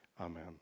Amen